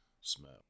smell